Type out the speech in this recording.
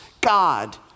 God